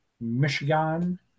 Michigan